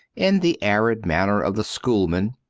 in the arid manner of the schoolmen,